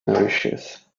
nourishes